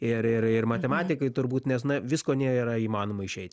ir ir ir matematikai turbūt nes na visko nėra įmanoma išeiti